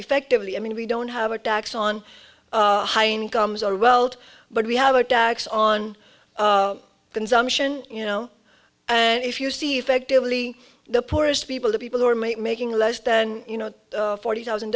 effectively i mean we don't have a tax on high incomes are welt but we have a tax on consumption you know and if you see effectively the poorest people the people who are making less than you know forty thousand